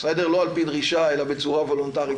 לא על פי דרישה, אלא בצורה וולונטרית.